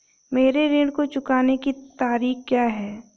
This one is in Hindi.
मेरे ऋण को चुकाने की तारीख़ क्या है?